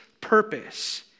purpose